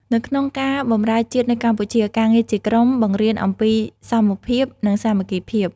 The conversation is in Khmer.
នៅក្នុងការបម្រើជាតិនៅកម្ពុជា ការងារជាក្រុមបង្រៀនអំពីសមភាព និងសាមគ្គីភាព។